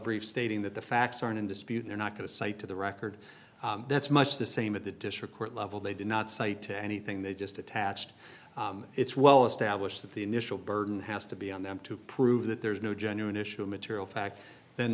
brief stating that the facts aren't in dispute they're not going to cite to the record that's much the same at the district court level they did not say to anything they just attached it's well established that the initial burden has to be on them to prove that there's no genuine issue of material fact th